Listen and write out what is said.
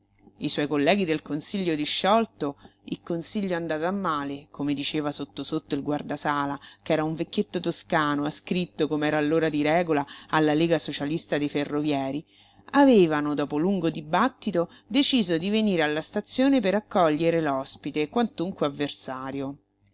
i suoi colleghi del consiglio disciolto icconsiglio andato a male come diceva sotto sotto il guardasala ch'era un vecchietto toscano ascritto com'era allora di regola alla lega socialista dei ferrovieri avevano dopo lungo dibattito deciso di venire alla stazione per accogliere l'ospite quantunque avversario